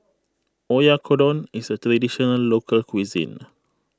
Oyakodon is a Traditional Local Cuisine